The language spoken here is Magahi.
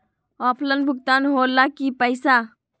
ऑफलाइन भुगतान हो ला कि पईसा?